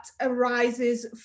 arises